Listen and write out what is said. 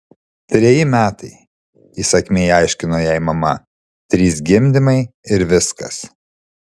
treji metai įsakmiai aiškino jai mama trys gimdymai ir viskas